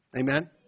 Amen